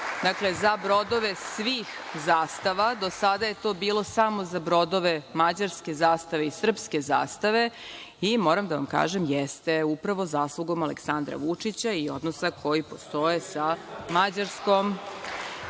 reka za brodove svih zastava. Do sada je to bilo samo za brodove mađarske zastave i srpske zastave. Moram da vam kažem – jeste, upravo zaslugom Aleksandra Vučića i odnosa koji postoje sa Mađarskom. Drugo,